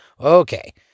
Okay